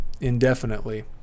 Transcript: indefinitely